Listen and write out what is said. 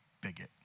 bigot